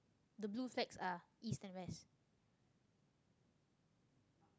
the blue flags are east and west